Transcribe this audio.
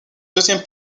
deuxième